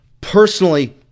Personally